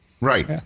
Right